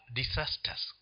disasters